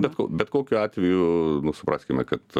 bet ko bet kokiu atveju supraskime kad